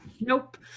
Nope